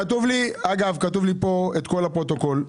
כתוב לי פה את כל הפרוטוקול.